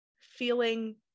feeling